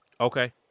Okay